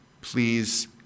please